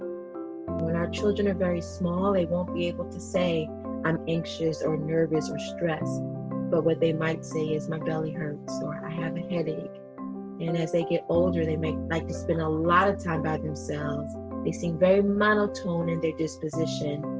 when our children are very small they won't be able to say i'm anxious or nervous or stressed but what they might say is my belly hurts so or and i have a headache and as they get older they may like to spend a lot of time by themselves they seem very monotone in their disposition.